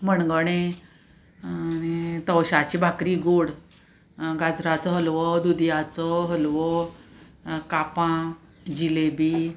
मणगणे तवशाची भाकरी गोड गाजराचो हलवो दुदयाचो हलवो कापां जिलेबी